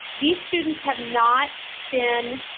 these students have not been,